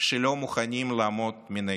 שלא מוכנים לעמוד מנגד,